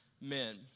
men